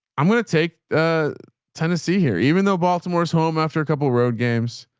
i'm going to take tennessee here even though baltimore's home after a couple of road games,